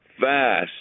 fast